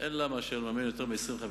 אין עליה לממן יותר מ-25%,